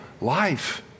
Life